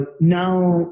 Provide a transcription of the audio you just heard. now